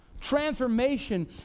transformation